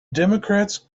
democrats